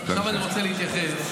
עכשיו אני רוצה להתייחס,